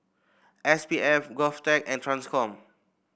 S P F Govtech and Transcom